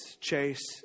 chase